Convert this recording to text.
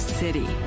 city